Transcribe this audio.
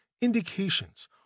indications